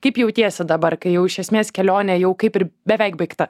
kaip jautiesi dabar kai jau iš esmės kelionė jau kaip ir beveik baigta